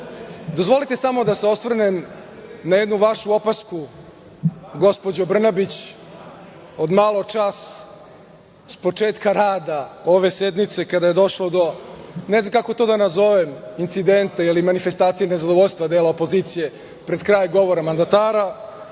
dozvolite samo da se osvrnem na jednu vašu opasku, gospođo Brnabić, od maločas, s početka rada ove sednice, kada je došlo do, ne znam kako to da nazovem, incidenta ili manifestacije nezadovoljstva dela opozicije pred kraj govora mandatara,